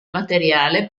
materiale